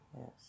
Yes